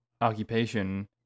occupation